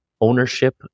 ownership